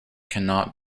cannot